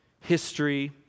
history